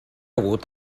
hagut